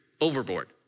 overboard